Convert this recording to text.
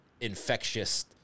infectious